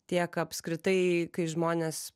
tiek apskritai kai žmonės